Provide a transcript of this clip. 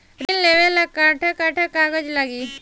ऋण लेवेला कट्ठा कट्ठा कागज लागी?